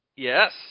Yes